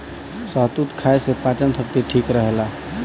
शहतूत खाए से पाचन शक्ति ठीक रहेला